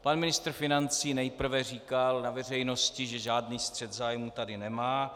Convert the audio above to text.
Pan ministr financí nejprve říkal na veřejnosti, že žádný střet zájmu tady nemá.